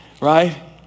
right